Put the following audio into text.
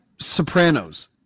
Sopranos